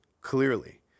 clearly